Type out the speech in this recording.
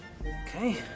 Okay